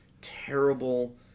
terrible